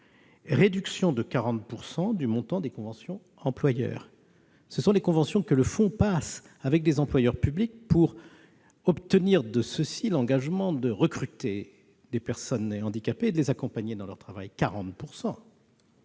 réduction de 40 % du montant des conventions employeurs- ce sont les conventions que le fonds passe avec des employeurs publics pour obtenir de ceux-ci l'engagement de recruter des personnes handicapées et de les accompagner dans leur travail ;